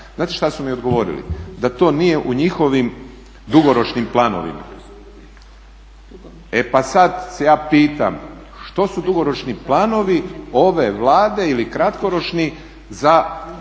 Znate šta su mi odgovorili? Da to nije u njihovim dugoročnim planovima. E pa sada se ja pitam što su dugoročni planovi ove Vlade ili kratkoročni za